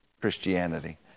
Christianity